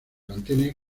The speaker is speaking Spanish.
mantiene